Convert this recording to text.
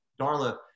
Darla